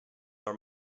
are